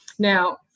Now